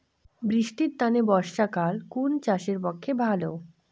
বৃষ্টির তানে বর্ষাকাল কুন চাষের পক্ষে ভালো?